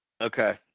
Okay